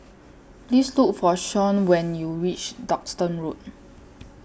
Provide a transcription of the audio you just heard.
Please Look For Shon when YOU REACH Duxton Road